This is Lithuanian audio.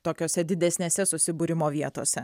tokiose didesnėse susibūrimo vietose